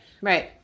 Right